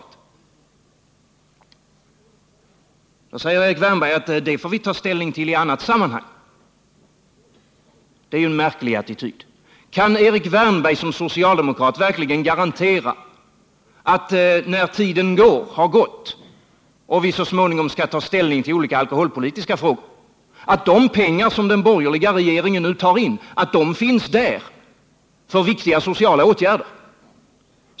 Erik Wärnberg säger att vi får ta ställning till detta i annat sammanhang. Det är ju en märklig attityd. Kan Erik Wärnberg som socialdemokrat verkligen garantera att de pengar som den borgerliga regeringen nu tar in verkligen finns att tillgå för viktiga sociala åtgärder när vi så småningom skall diskutera alkoholpolitiska frågor?